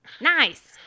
nice